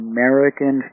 American